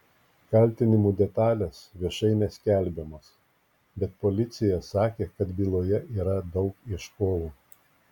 kaltinimų detalės viešai neskelbiamos bet policija sakė kad byloje yra daug ieškovų